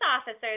officers